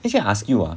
okay I ask you ah